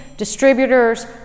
Distributors